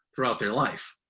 throughout their life.